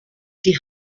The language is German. die